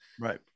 Right